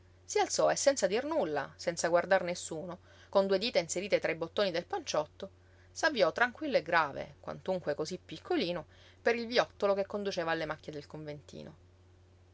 si alzò e senza dir nulla senza guardar nessuno con due dita inserite tra i bottoni del panciotto s'avviò tranquillo e grave quantunque cosí piccolino per il viottolo che conduceva alle macchie del conventino